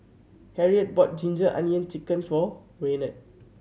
Harriet bought ginger onion chicken for Raynard